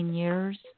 years